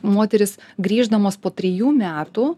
moterys grįždamos po trijų metų